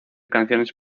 canciones